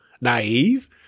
naive